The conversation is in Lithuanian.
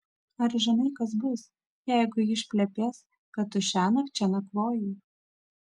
ar žinai kas bus jeigu ji išplepės kad tu šiąnakt čia nakvojai